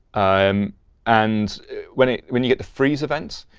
um and when when you get the freeze event,